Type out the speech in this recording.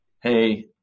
Hey